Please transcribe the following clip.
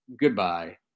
goodbye